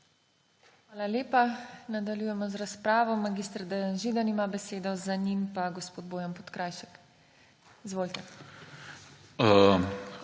Hvala lepa. Nadaljujemo z razpravo. Mag. Dejan Židan ima besedo. Za njim pa gospod Bojan Podkrajšek. Izvolite.